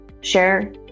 share